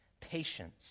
patience